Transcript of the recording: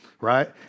right